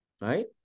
right